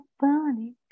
funny